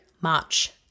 March